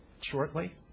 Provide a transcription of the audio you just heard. shortly